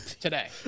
Today